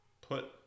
put